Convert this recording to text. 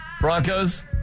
broncos